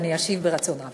אשיב ברצון רב.